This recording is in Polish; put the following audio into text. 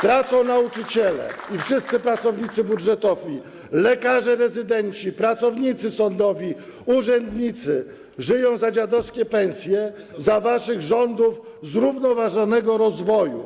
Tracą nauczyciele i wszyscy pracownicy budżetowi, lekarze rezydenci, pracownicy sądowi, urzędnicy, żyją za dziadowskie pensje za waszych rządów zrównoważonego rozwoju.